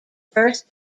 first